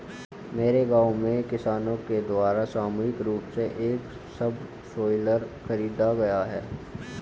मेरे गांव में किसानो द्वारा सामूहिक रूप से एक सबसॉइलर खरीदा गया